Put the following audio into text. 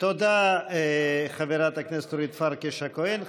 תודה, חברת הכנסת אורית פרקש הכהן.